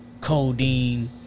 codeine